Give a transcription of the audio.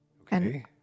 Okay